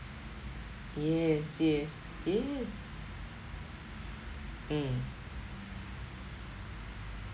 yes yes yes mm